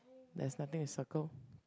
there's nothing to circle